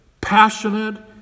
passionate